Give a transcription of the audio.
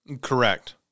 Correct